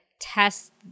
test